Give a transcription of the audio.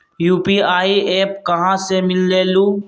UPI app कहा से मिलेलु?